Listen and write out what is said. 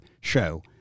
show